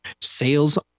Sales